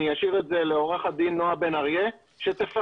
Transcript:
אשאיר את זה לעו"ד נועה בן אריה לפרט.